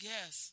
Yes